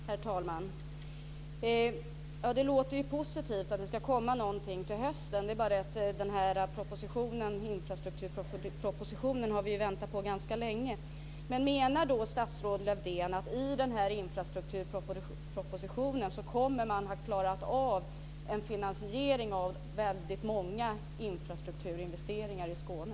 Herr talman! Det låter ju positivt att det ska komma någonting till hösten. Men den här infrastrukturpropositionen har vi ju väntat på ganska länge. Men menar då statsrådet Lövdén att man genom denna infrastrukturproposition kommer att klara av en finansiering av väldigt många infrastrukturinvesteringar i Skåne?